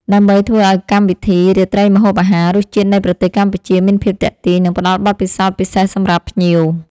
ដើម្បីធ្វើឲ្យកម្មវិធីរាត្រីម្ហូបអាហារ “រសជាតិនៃប្រទេសកម្ពុជា” មានភាពទាក់ទាញ និងផ្តល់បទពិសោធន៍ពិសេសសម្រាប់ភ្ញៀវ